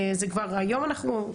זה כבר היום אנחנו,